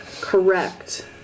correct